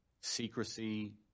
secrecy